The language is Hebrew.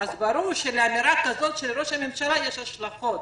ברור שלאמירה כזאת של ראש הממשלה יש השלכות.